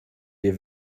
wir